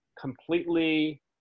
completely